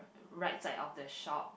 right side of the shop